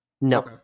no